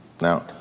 Now